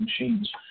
machines